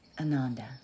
ananda